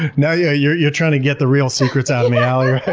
now yeah you're you're trying to get the real secrets out of me, alie!